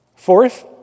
Fourth